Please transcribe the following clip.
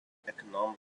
economic